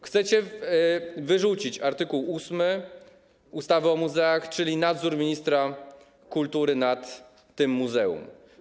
Chcecie wyrzucić art. 8 ustawy o muzeach, czyli nadzór ministra kultury nad tym muzeum.